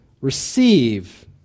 receive